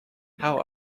how